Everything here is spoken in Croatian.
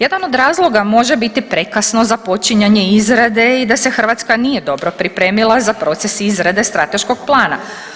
Jedan od razloga može biti prekasno započinjanje izrade i da se Hrvatska nije dobro pripremila za proces izrade strateškog plana.